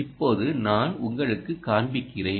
இப்போது நான் உங்களுக்கு காண்பிக்கிறேன்